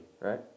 right